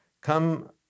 come